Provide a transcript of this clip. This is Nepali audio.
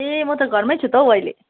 ए म त घरमै छु त हौ अहिले